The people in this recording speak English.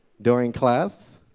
during class,